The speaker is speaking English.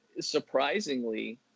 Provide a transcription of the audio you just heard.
surprisingly